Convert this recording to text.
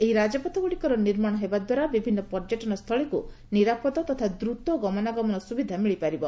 ଏହି ରାଜପଥଗୁଡ଼ିକର ନିର୍ମାଣ ହେବା ସହ ବିଭିନ୍ନ ପର୍ଯ୍ୟଟନ ସ୍ଥଳୀକୁ ନିରାପଦ ତଥା ଦ୍ରତ ଗମନାଗମନ ସୁବିଧା ମିଳିପାରିବ